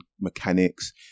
mechanics